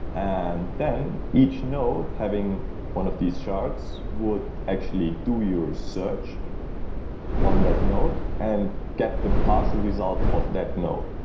and then, each node having one of these shards would actually do your search on that node and get the partial result of that node.